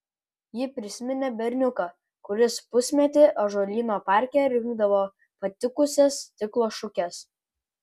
ji prisiminė berniuką kuris pusmetį ąžuolyno parke rinkdavo patikusias stiklo šukes